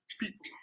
people